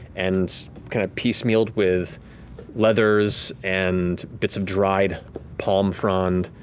and kind of piecemealed with leathers and bits of dried palm frond.